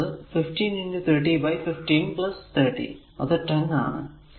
അപ്പോൾ അത് 153015 30 അത് 10 Ω ആണ്